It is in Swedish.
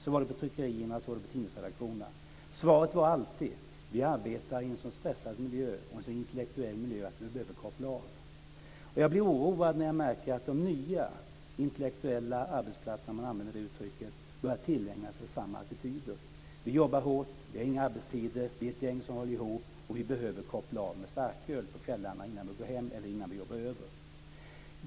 Så var det på tryckerierna och så var det på tidningsredaktionerna. Svaret var alltid: Vi arbetar i en så stressad och en så intellektuell miljö att vi behöver koppla av. Jag blir oroad när jag märker att de nya intellektuella arbetsplatserna - för att nu använda det uttrycket - börjar tillägna sig samma attityder: Vi jobbar hårt. Vi har inga arbetstider. Vi är ett gäng som håller ihop och vi behöver koppla av med starköl på kvällarna innan vi går hem eller innan vi jobbar över.